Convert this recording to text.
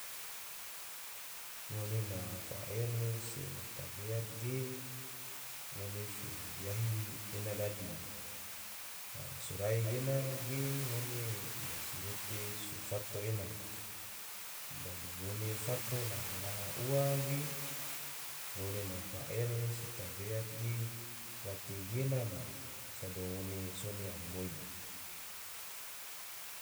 Ngone na fael se na tabeat ge, ngone fo diahi ena dadi, a sorai gena ge ngone masirete so fato ena, dadi ngone fato laha-laha ua ge, ngone na fael se tabeat ge gategena ma, sado ngone sone alamoi